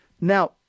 Now